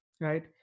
Right